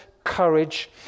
courage